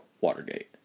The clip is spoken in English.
Watergate